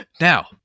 Now